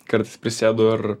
kartais prisėdu ar